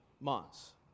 months